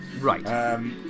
Right